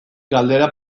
galdera